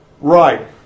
Right